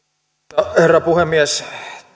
arvoisa herra puhemies